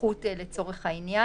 זכות לצורך העניין.